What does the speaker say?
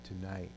tonight